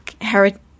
heritage